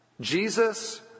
jesus